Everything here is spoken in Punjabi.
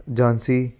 ਝਾਂਸੀ